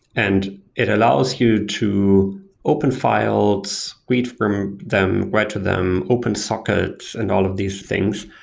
and it allows you to open files, read from them, write to them, open socket and all of these things.